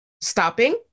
stopping